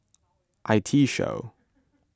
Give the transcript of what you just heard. I T Show